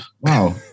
wow